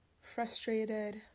frustrated